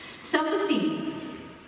Self-esteem